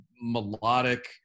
melodic